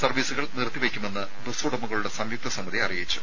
സർവ്വീസുകൾ നിർത്തിവെയ്ക്കുമെന്ന് ബസ്സുടമകളുടെ സംയുക്ത സമിതി അറിയിച്ചു